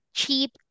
cheap